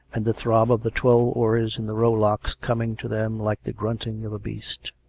and the throb of the twelve oars in the row-locks coming to them like the grunting of a beast.